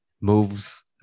moves